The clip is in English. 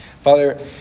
Father